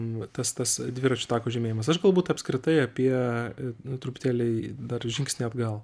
va tas tas dviračių tako žymėjimas aš galbūt apskritai apie nu truputėlį dar žingsnį atgal